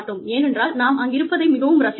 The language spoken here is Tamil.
ஏனென்றால் நாம் அங்கிருப்பதை மிகவும் ரசிப்போம்